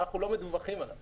אנחנו לא מדווחים עליו